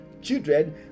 children